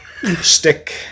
Stick